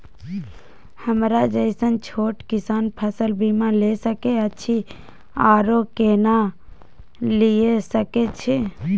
हमरा जैसन छोट किसान फसल बीमा ले सके अछि आरो केना लिए सके छी?